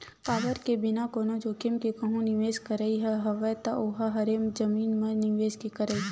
काबर के बिना कोनो जोखिम के कहूँ निवेस करई ह हवय ता ओहा हरे जमीन म निवेस के करई